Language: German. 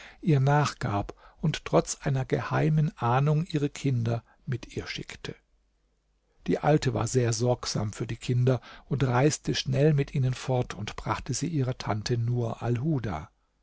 ihr nachgab und trotz einer geheimen ahnung ihre kinder mit ihr schickte die alte war sehr sorgsam für die kinder und reiste schnell mit ihnen fort und brachte sie ihrer tante nur